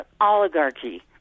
oligarchy